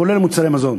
כולל מוצרי מזון.